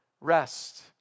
rest